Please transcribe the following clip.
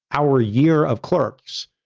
our year of clerks,